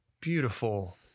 beautiful